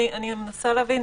אני מנסה להבין,